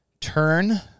turn